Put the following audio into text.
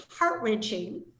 heart-wrenching